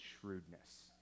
shrewdness